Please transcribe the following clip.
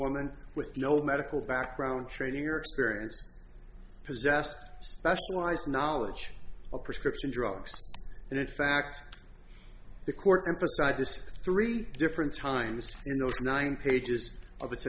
woman with no medical background training or experience possessed specialized knowledge of prescription drugs and it fact the court emphasized this three different times you know it's nine pages of it